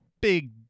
big